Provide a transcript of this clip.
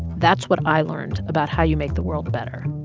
that's what i learned about how you make the world better.